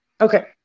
okay